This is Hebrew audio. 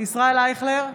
ישראל אייכלר,